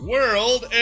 World